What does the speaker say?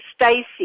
Stacy